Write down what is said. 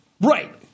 right